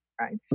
right